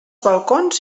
balcons